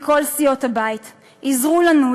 מכל סיעות הבית: עזרו לנו,